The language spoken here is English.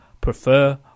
prefer